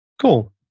Cool